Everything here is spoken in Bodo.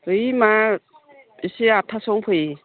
है मा एसे आदथासोआवनो फै